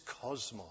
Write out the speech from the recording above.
cosmos